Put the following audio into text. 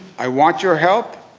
i want your help